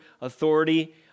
authority